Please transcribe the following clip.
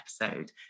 episode